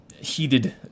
heated